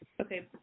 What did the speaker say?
Okay